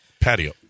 patio